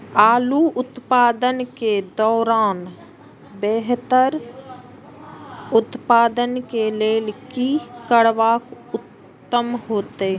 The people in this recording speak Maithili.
आलू उत्पादन के दौरान बेहतर उत्पादन के लेल की करबाक उत्तम होयत?